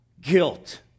guilt